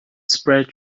spread